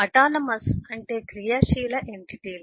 autonomous అంటే క్రియాశీల ఎంటిటీలు